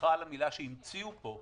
סליחה על המילה שהמציאו פה,